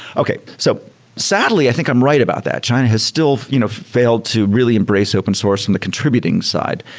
okay. so sadly, i think i'm right about that. china has still you know failed to really embrace open source from the contributing side.